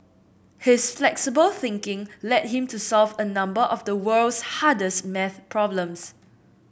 his flexible thinking led him to solve a number of the world's hardest maths problems